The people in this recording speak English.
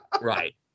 Right